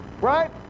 right